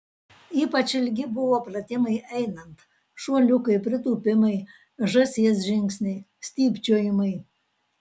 ypač ilgi buvo pratimai einant šuoliukai pritūpimai žąsies žingsniai stypčiojimai